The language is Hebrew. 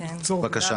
בבקשה.